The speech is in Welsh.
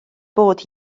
bod